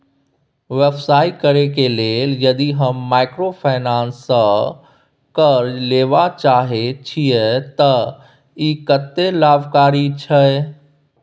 व्यवसाय करे के लेल यदि हम माइक्रोफाइनेंस स कर्ज लेबे चाहे छिये त इ कत्ते लाभकारी छै?